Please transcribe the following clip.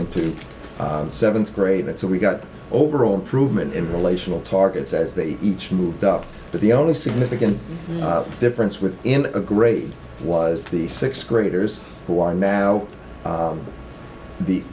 the seventh grade and so we got overall improvement in relational targets as they each moved up but the only significant difference with in a grade was the sixth graders who are now